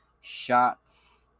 shots